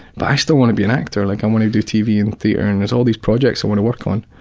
but i still wanna be an actor, like i wanna do tv and theatre. and there's all these projects i wanna work on.